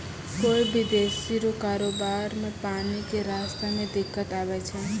कोय विदेशी रो कारोबार मे पानी के रास्ता मे दिक्कत आवै छै